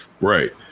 Right